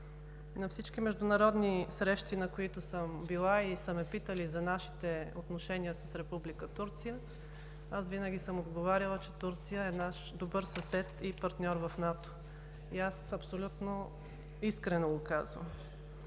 На всички международни срещи, на които съм била и са ме питали за нашите отношения с Република Турция, аз винаги съм отговаряла, че Турция е наш добър съсед и партньор в НАТО и го казвам абсолютно искрено.